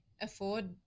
afford